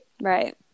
Right